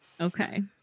Okay